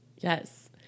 Yes